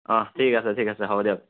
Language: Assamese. ঠিক আছে ঠিক আছে হ'ব দিয়ক